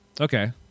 okay